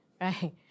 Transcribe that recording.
right